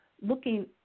looking